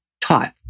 taught